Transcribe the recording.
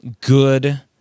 good